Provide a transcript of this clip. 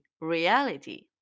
reality